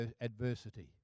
adversity